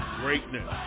greatness